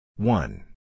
One